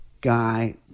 Guy